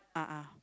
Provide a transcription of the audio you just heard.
a'ah